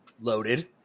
loaded